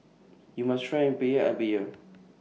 YOU must Try Rempeyek every Year